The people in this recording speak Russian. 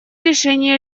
решения